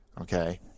okay